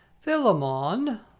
Philemon